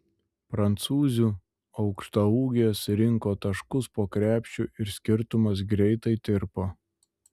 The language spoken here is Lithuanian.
prancūzių aukštaūgės rinko taškus po krepšiu ir skirtumas greitai tirpo